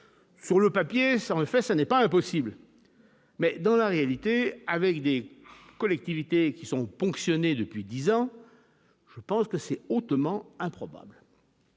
sur le papier, ça me fait, ça n'est pas impossible mais dans la réalité avec des collectivités qui sont ponctionnés depuis 10 ans, je pense que c'est hautement improbable.